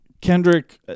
Kendrick